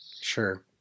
Sure